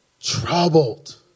troubled